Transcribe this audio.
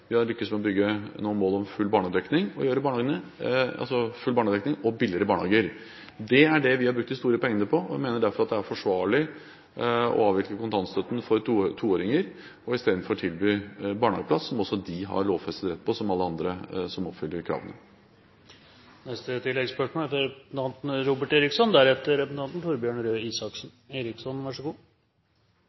Vi har lyktes med å nå målet om full barnehagedekning og billigere barnehager. Det er det vi har brukt de store pengene på. Vi mener derfor det er forsvarlig å avvikle kontantstøtten for toåringer og istedenfor tilby barnehageplass, som også de har lovfestet rett på, som alle andre som oppfyller kravene. Robert Eriksson – til oppfølgingsspørsmål. Fremskrittspartiet er